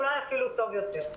ואולי אפילו טוב יותר.